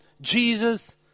Jesus